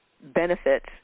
Benefits